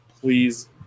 please